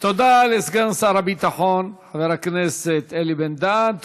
תודה לסגן שר הביטחון אלי בן-דהן.